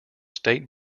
state